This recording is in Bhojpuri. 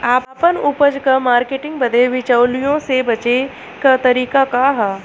आपन उपज क मार्केटिंग बदे बिचौलियों से बचे क तरीका का ह?